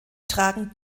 tragen